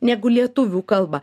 negu lietuvių kalbą